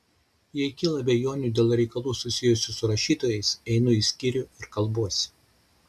jei kyla abejonių dėl reikalų susijusių su rašytojais einu į skyrių ir kalbuosi